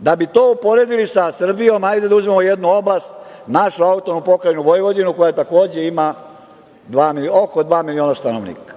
Da bi to uporedili sa Srbijom, hajde da uzmemo jednu oblast, našu AP Vojvodinu koja takođe ima oko dva miliona stanovnika.